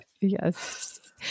yes